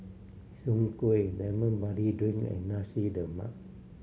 Soon Kueh Lemon Barley Drink and Nasi Lemak